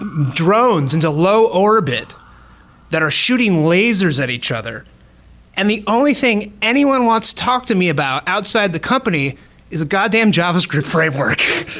drones in the low orbit that are shooting lasers at each other and the only thing anyone wants to talk to me about outside the company is a god damn javascript framework.